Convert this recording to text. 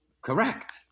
Correct